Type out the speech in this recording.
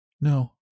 No